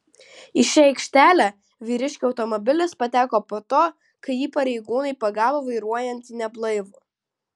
į šią aikštelę vyriškio automobilis pateko po to kai jį pareigūnai pagavo vairuojantį neblaivų